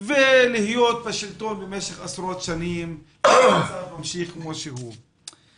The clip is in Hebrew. ולהיות בשלטון במשך עשרות שנים והמצב ממשיך כמו שהוא,